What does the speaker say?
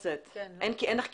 אין לך חומרים.